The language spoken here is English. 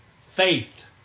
Faith